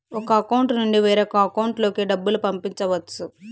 ఒక అకౌంట్ నుండి వేరొక అకౌంట్ లోకి డబ్బులు పంపించవచ్చు